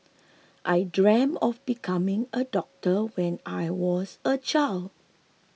I dreamt of becoming a doctor when I was a child